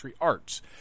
Arts